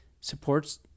supports